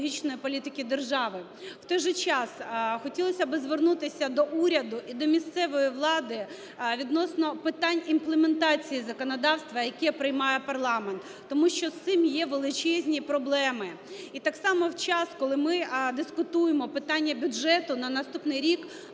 В той же час хотілося би звернутися до уряду і до місцевої влади відносно питань імплементації законодавства, яке приймає парламент, тому що з цим є величезні проблеми. І так само в час, коли ми дискутуємо питання бюджету на наступний рік,